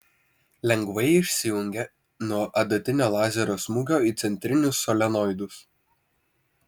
lengvai išsijungia nuo adatinio lazerio smūgio į centrinius solenoidus